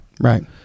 Right